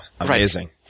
amazing